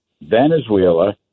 Venezuela